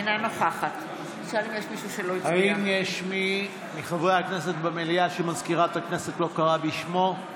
אינה נוכחת האם יש מי מחברי הכנסת במליאה שמזכירת הכנסת לא קראה בשמו?